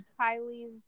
Kylie's